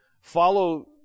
follow